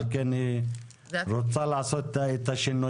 ועל כן היא רוצה לעשות את השינויים.